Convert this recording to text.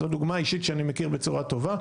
זאת דוגמה אישית שאני מכיר בצורה טובה.